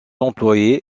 employé